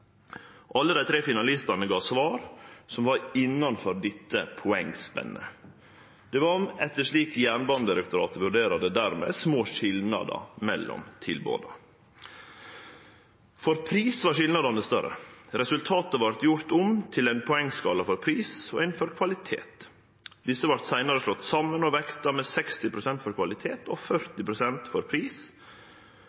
Alle dei tre finalistane gav svar som var innanfor dette poengspennet. Det var, slik Jernbanedirektoratet vurderer det, dermed små skilnadar mellom tilboda. For pris var skilnadene større. Resultatet vart gjort om til ein poengskala for pris og ein for kvalitet. Desse vart seinare slått saman og vekta med 60 pst. for kvalitet og